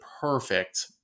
perfect